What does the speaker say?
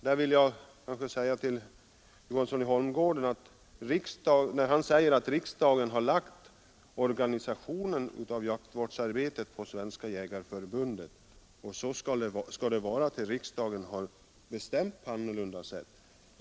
Herr Johansson i Holmgården säger att riksdagen har överlämnat organisationen av jaktvårdsarbetet till Svenska jägareförbundet och att det skall förbli på det sättet tills riksdagen bestämmer annorlunda.